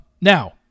now